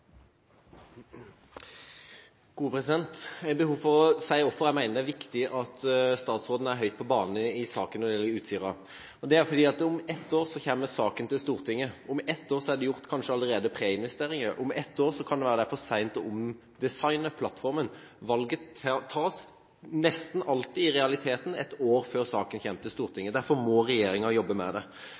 viktig at statsråden er høyt på banen når det gjelder Utsira-saken. Det er fordi at om ett år så kommer saken til Stortinget. Om ett år er det kanskje allerede gjort preinvesteringer. Om ett år kan det hende det er for sent å omdesigne plattformen. Valget tas – nesten alltid – i realiteten ett år før saken kommer til Stortinget, og derfor må regjeringa jobbe med det. Min kritikk i dag går vel så mye til de rød-grønne, som jeg opplevde ikke fulgte tett nok på saken før, for det